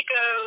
go